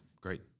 Great